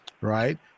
right